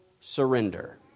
surrender